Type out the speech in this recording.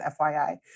FYI